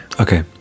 okay